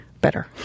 better